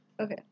Okay